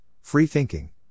free-thinking